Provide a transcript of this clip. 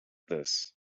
this